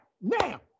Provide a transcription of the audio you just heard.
now